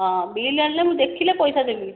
ହଁ ବିଲ୍ ଆଣିଲେ ମୁଁ ଦେଖିଲେ ପଇସା ଦେବି